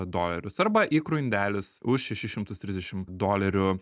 dolerius arba ikrų indelis už šešis šimtus trisdešimt dolerių